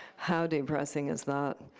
how depressing is that?